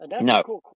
No